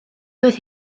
doedd